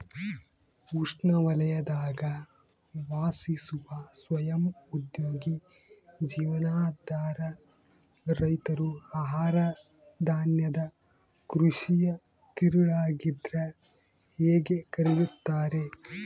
ಉಷ್ಣವಲಯದಾಗ ವಾಸಿಸುವ ಸ್ವಯಂ ಉದ್ಯೋಗಿ ಜೀವನಾಧಾರ ರೈತರು ಆಹಾರಧಾನ್ಯದ ಕೃಷಿಯ ತಿರುಳಾಗಿದ್ರ ಹೇಗೆ ಕರೆಯುತ್ತಾರೆ